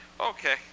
Okay